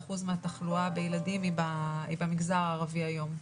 48%-47% מהתחלואה בילדים היא במגזר הערבי היום.